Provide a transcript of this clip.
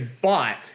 bought